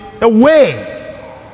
away